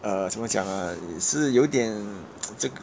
uh 怎么讲 ah 是有点这个